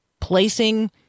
placing